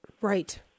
Right